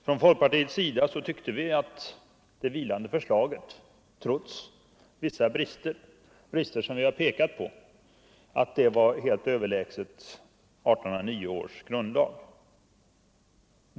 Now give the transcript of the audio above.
Från folkpartiets sida tyckte vi att det vilande förslaget trots vissa brister, som vi har pekat på, var helt överlägset 1809 års grundlag.